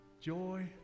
Joy